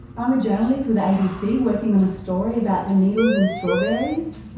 i'm a journalist with the abc working on a story about the needles in strawberries.